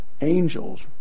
angels